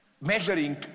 measuring